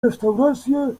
restaurację